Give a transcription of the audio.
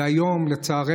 ולצערי